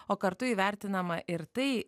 o kartu įvertinama ir tai